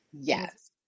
yes